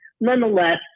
Nonetheless